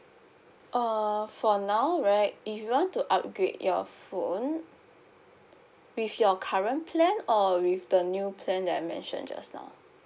uh for now right if you want to upgrade your phone with your current plan or with the new plan that I mentioned just now